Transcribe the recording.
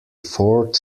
fort